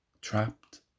Trapped